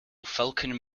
falcon